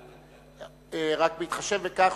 רק בהתחשב בכך,